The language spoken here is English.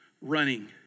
running